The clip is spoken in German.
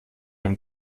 dem